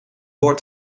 door